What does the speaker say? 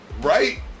Right